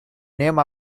named